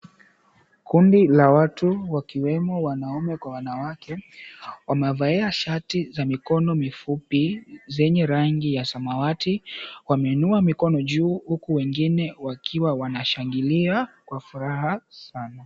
Kundi la watu wakiwemo wanaume kwa wanawake, wamevalia shati za mikono mifupi zenye rangi ya samawati. Wameinua mikono juu huku wengine wakiwa wanashangilia kwa furaha sana.